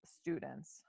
Students